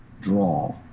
draw